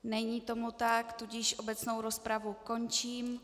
Není tomu tak, tudíž obecnou rozpravu končím.